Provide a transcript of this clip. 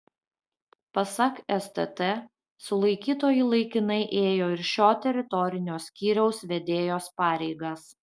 pasak stt sulaikytoji laikinai ėjo ir šio teritorinio skyriaus vedėjos pareigas